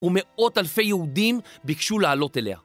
ומאות אלפי יהודים ביקשו לעלות אליה.